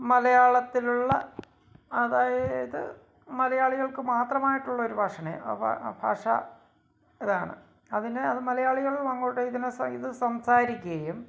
മലയാളത്തിലുള്ള അതായത് മലയാളികൾക്ക് മാത്രമായിട്ടുള്ളൊരു ഭാഷയാണ് ആ ഭാഷ ഇതാണ് അതിന് അത് മലയാളികൾ അങ്ങോട്ട് ഇതിനെ ഇത് സംസാരിക്ക്കയും